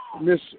miss